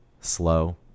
slow